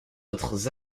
autres